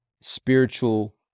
spiritual